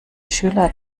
schüler